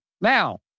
Now